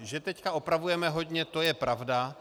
Že teď opravujeme hodně, to je pravda.